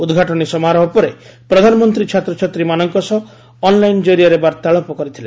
ଉଦ୍ଘାଟନୀ ସମାରୋହ ପରେ ପ୍ରଧାନମନ୍ତ୍ରୀ ଛାତ୍ରଛାତ୍ରୀମାନଙ୍କ ସହ ଅନ୍ଲାଇନ୍ ଜରିଆରେ ବାର୍ତ୍ତାଳାପ କରିଥିଲେ